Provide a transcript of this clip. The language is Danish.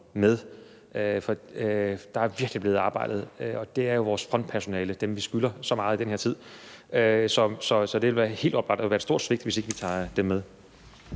med, for der er virkelig blevet arbejdet. Det er jo vores frontpersonale, dem, vi skylder så meget i den her tid. Så det vil være helt oplagt, og det vil være et stort svigt, hvis ikke vi tager dem med.